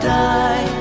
die